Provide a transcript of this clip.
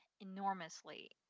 enormously